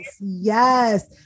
Yes